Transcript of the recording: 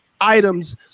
items